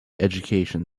education